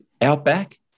outback